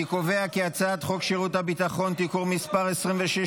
אני קובע כי הצעת חוק שירות הביטחון (תיקון מס' 26,